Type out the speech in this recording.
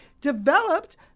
developed